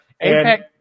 Apex